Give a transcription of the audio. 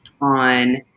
on